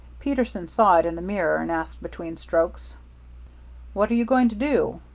peterson saw it in the mirror, and asked, between strokes what are you going to do?